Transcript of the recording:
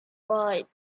ride